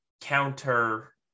counter